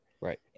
Right